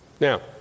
Now